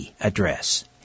address